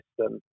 system